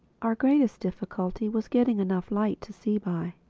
our greatest difficulty was getting enough light to see by.